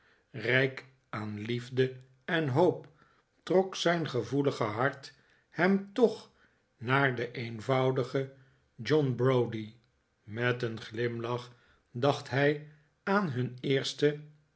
rijk aan liefde en hoop trok zijn gevoelige hart hem toch naar den eenvoudigen john browdie met een glimlach dacht hij aan hun eerste